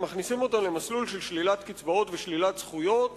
ומכניסים אותם למסלול של שלילת קצבאות ושלילת זכויות